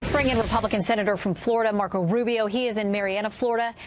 bring in republican senator from florida marco rubio. he's in marietta florida.